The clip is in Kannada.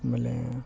ಆಮೇಲೆ